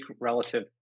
relative